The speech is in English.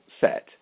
set